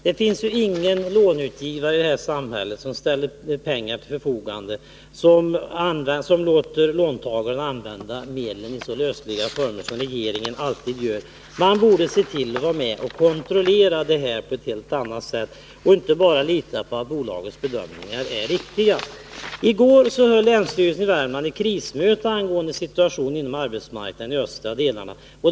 Det finns ingen långivare i detta samhälle som ställer pengar till förfogande och låter låntagarna använda medlen i så lösliga former som regeringen alltid gör. Man borde på ett helt annat sätt vara med och kontrollera och inte bara lita på att bolagets bedömningar är riktiga. I går höll länsstyrelsen i Värmland ett krismöte angående situationen på arbetsmarknadeni de östra delarna av länet.